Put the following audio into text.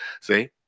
see